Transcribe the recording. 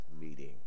meeting